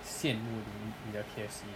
羡慕你你的 K_F_C